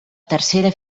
tercera